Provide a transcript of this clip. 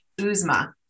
Uzma